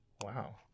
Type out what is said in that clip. Wow